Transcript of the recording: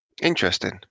Interesting